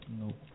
Nope